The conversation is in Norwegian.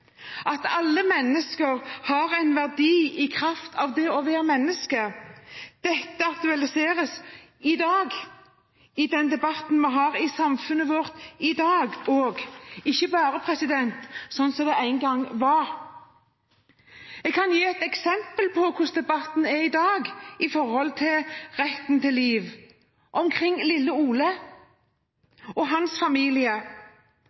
at alle mennesker har en verdi i kraft av det å være menneske – dette aktualiseres i den debatten vi har i samfunnet vårt i dag, og ikke bare slik det en gang var. Jeg kan gi et eksempel på hvordan debatten er i dag når det gjelder retten til liv. Det gjelder lille